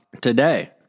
today